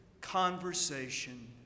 conversation